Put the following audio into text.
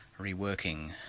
reworking